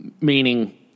Meaning